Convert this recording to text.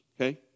okay